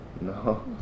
No